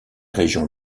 régions